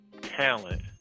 talent